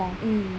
mm